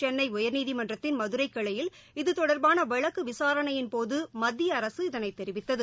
சென்ளை உயர்நீதிமன்றத்தின் மதுரைக்கிளையில் இதுதொடர்பான வழக்கு விசாரணையின்போது மத்திய அரசு இதனை தெரிவித்தது